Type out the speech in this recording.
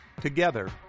Together